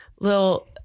little